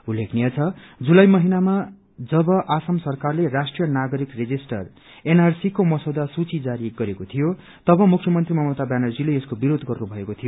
उल्लेखनीय छ जुलाई महिनामा जब आसम सरकारले राष्ट्रिय नागरिक रेजिष्टर को मसौदा सूचि जारी गरेको थियो तब कुख्यमंत्री ममता व्यानर्जीले यसको विरोध गर्नु भएको थियो